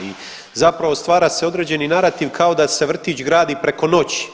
I zapravo stvara se određeni narativ kao da se vrtić gradi preko noći.